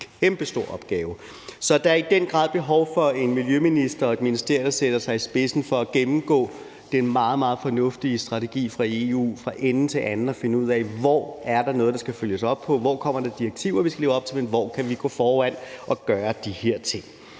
har en kæmpestor opgave. Så der er i den grad behov for en miljøminister og et ministerium, der sætter sig i spidsen for at gennemgå den meget, meget fornuftige strategi fra EU fra ende til anden og finde ud af: Hvor er der noget, der skal følges op på, hvor kommer der direktiver, vi skal leve op til, og hvor kan vi gå foran og gøre de her ting?